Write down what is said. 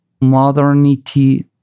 modernity